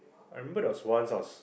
I remember there was once I was